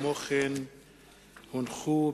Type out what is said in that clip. כמו-כן הונחו,